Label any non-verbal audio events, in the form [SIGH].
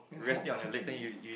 [LAUGHS]